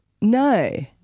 No